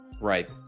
Right